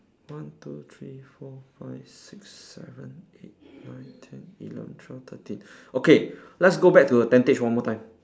one two three four five six seven eight nine ten eleven twelve thirteen okay let's go back to the tentage one more time